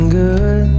good